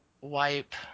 wipe